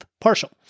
partial